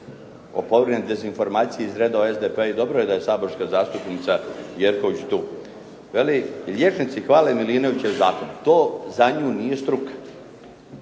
opovrgnem dezinformacije iz redova SDP-a i dobro je da je saborska zastupnica Jerković tu. Veli, liječnici hvale Milinovićev zakon. To za nju nije struka.